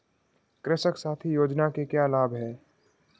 कृषक साथी योजना के क्या लाभ हैं?